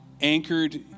Anchored